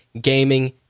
gaming